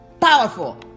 powerful